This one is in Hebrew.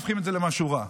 והופכים את זה למשהו רע.